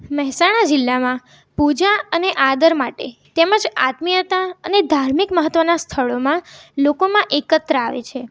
મહેસાણા જિલ્લામાં પૂજા અને આદર માટે તેમજ આત્મીયતા અને ધાર્મિક મહત્વના સ્થળોમાં લોકોમાં એકત્ર આવે છે